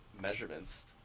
Measurements